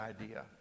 idea